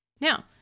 now